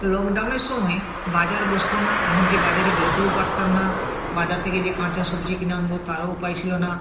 লকডাউনের সময় বাজার বসতো না এমনকি বাজারে বেরোতেও পারতাম না বাজার থেকে যে কাঁচা সবজি কিনে আনবো তারও উপায় ছিল না